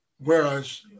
whereas